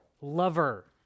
lover